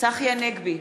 צחי הנגבי,